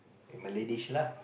Malay dish lah